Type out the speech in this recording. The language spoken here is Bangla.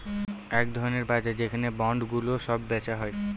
এক ধরনের বাজার যেখানে বন্ডগুলো সব বেচা হয়